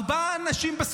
ארבעה אנשים,